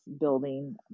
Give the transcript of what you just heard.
building